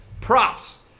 Props